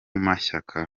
mashyaka